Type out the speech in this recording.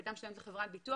היא הייתה משלמת לחברת ביטוח?